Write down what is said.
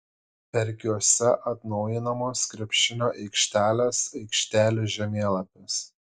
verkiuose atnaujinamos krepšinio aikštelės aikštelių žemėlapis